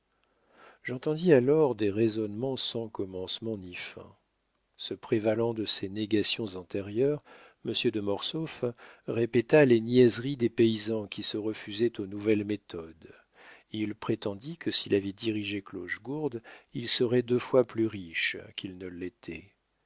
j'entendis alors des raisonnements sans commencement ni fin se prévalant de ses négations antérieures monsieur de mortsauf répéta les niaiseries des paysans qui se refusaient aux nouvelles méthodes il prétendit que s'il avait dirigé clochegourde il serait deux fois plus riche qu'il ne